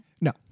No